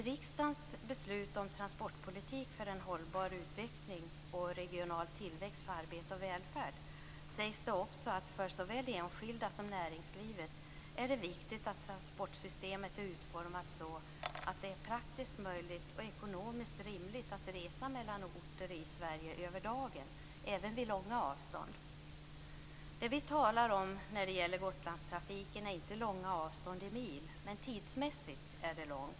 I riksdagens beslut om propositionerna Transportpolitik för en hållbar utveckling och Regional tillväxt - för arbete och välfärd sägs också att det för såväl enskilda som näringslivet är viktigt att transportsystemet är utformat så att det är praktiskt möjligt och ekonomiskt rimligt att resa mellan orter i Sverige över dagen, även vid långa avstånd. Det vi talar om när det gäller Gotlandstrafiken är inte långa avstånd i mil, men tidsmässigt är det långt.